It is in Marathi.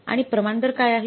आणि प्रमाण दर काय आहे